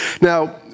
Now